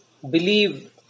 Believe